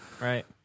Right